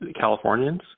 Californians